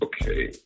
Okay